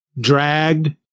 dragged